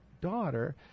daughter